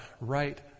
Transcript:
right